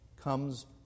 comes